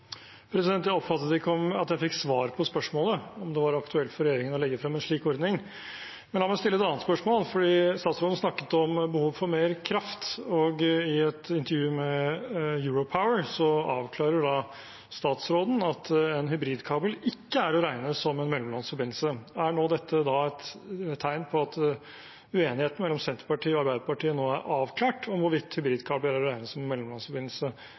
Jeg oppfattet ikke at jeg fikk svar på spørsmålet, om det var aktuelt for regjeringen å legge frem en slik ordning. Men la meg stille et annet spørsmål. Statsråden snakket om behov for mer kraft, og i et intervju med Europower avklarer statsråden at en hybridkabel ikke er å regne som en mellomlandsforbindelse. Er dette et tegn på at uenigheten mellom Senterpartiet og Arbeiderpartiet nå er avklart, med tanke på hvorvidt hybridkabler regnes som mellomlandsforbindelse